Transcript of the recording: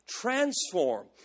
transform